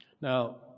Now